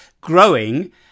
growing